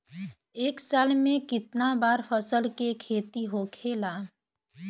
एक साल में कितना बार फसल के खेती होखेला?